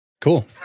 Cool